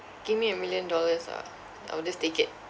give me a million dollars ah I will just take it